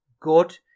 good